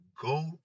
go